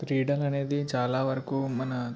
క్రీడలనేది చాలా వరకు మన